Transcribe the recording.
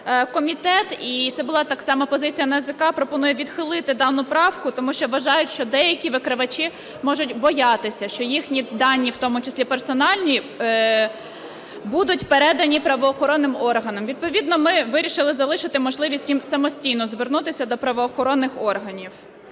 комітет, і це була так само позиція НАЗК, пропонує відхилити дану правку, тому що вважають, що деякі викривачі можуть боятися, що їхні дані, в тому числі персональні, будуть передані правоохоронним органам. Відповідно ми вирішили залишити можливість їм самостійно звернутися до правоохоронних органів.